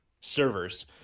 servers